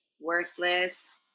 worthless